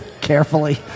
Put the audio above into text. carefully